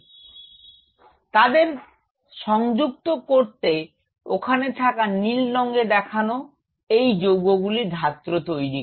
তো তাদের তাদের সংযুক্ত করতে ওখানে থাকা নীল রঙে দেখান এই যৌগগুলো ধাত্র তৈরি করে